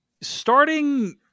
starting